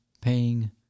paying